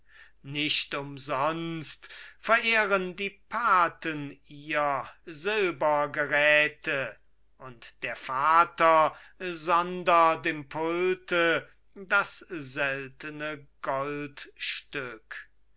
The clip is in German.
nicht umsonst verehren die paten ihr silbergeräte und der vater sondert im pulte das seltene goldstück